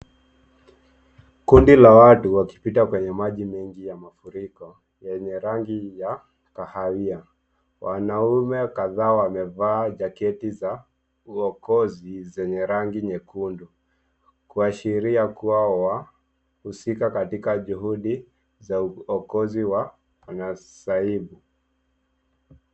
Kundi la watu wakipita kwenye maji mengi ya mafuriko yenye rangi ya kahawia. Wanaume kadhaa wamevaa jaketi za uokozi zenye rangi nyekundu kuashiria kuwa wahusika katika juhudi za uokozi wa masaibu.